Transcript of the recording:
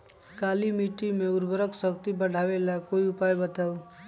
काली मिट्टी में उर्वरक शक्ति बढ़ावे ला कोई उपाय बताउ?